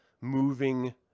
moving